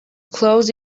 close